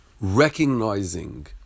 Recognizing